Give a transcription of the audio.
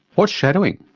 what's shadowing?